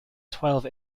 twelve